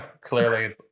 Clearly